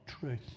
truth